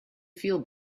feel